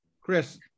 Chris